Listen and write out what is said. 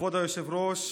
כבוד היושב-ראש,